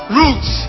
roots